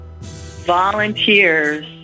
volunteers